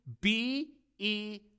B-E